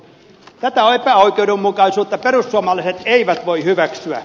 tätä epäoikeudenmukaisuutta perussuomalaiset eivät voi hyväksyä